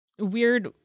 weird